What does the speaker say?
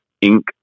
ink